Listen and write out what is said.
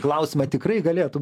klausimą tikrai galėtų